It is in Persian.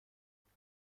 فیبز